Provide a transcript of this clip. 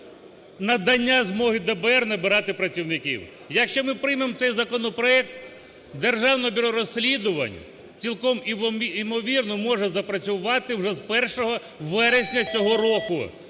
надання змоги ДБР добирати працівників. Якщо ми приймемо цей законопроект, Державне бюро розслідувань, цілком імовірно, може запрацювати вже з 1 вересня цього року.